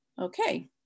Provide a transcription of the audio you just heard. Okay